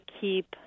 keep